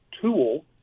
tool